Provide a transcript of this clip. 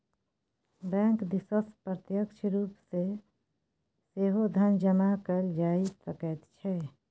bank दिससँ प्रत्यक्ष रूप सँ सेहो धन जमा कएल जा सकैत छै